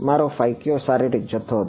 મારો ફાઈ કયો શારીરિક જથ્થો હતો